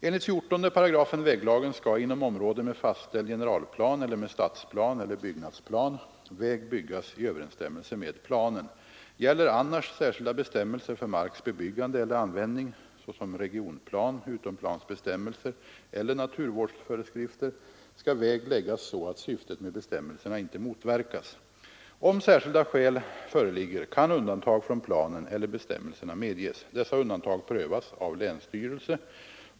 Enligt 14 8 väglagen skall inom område med fastställd generalplan eller med stadsplan eller byggnadsplan väg byggas i överensstämmelse med planen. Gäller annars särskilda bestämmelser för marks bebyggande eller användning, såsom regionplan, utomplansbestämmelser eller naturvårdsföreskrifter, skall väg läggas så att syftet med bestämmelserna inte motverkas. Om särskilda skäl föreligger kan undantag från planen eller bestämmelserna medges. Dessa undantag prövas av länsstyrelsen.